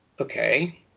Okay